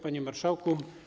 Panie Marszałku!